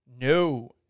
No